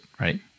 right